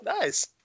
nice